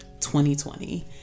2020